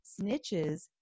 snitches